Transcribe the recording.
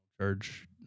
charge